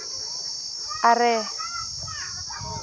ᱟᱨᱮ